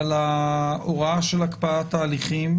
אבל ההוראה של הקפאת ההליכים,